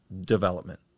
development